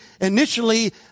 initially